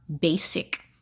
basic